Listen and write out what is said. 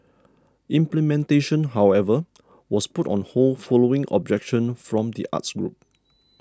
implementation however was put on hold following objection from the arts groups